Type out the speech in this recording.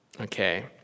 Okay